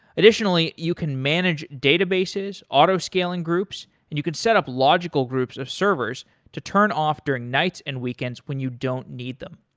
additionally, you can manage databases, auto-scaling groups, and you could setup logical groups of servers to turn off during night and weekends when you don't need them,